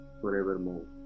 forevermore